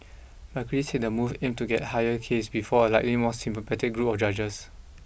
but critics said the move aimed to get higher case before a likely more sympathetic group of judges